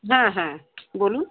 হ্যাঁ হ্যাঁ বলুন